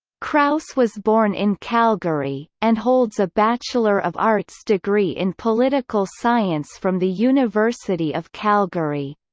kraus was born in calgary, and holds a bachelor of arts degree in political science from the university of calgary.